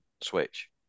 switch